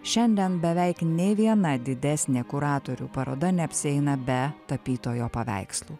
šiandien beveik nei viena didesnė kuratorių paroda neapsieina be tapytojo paveikslų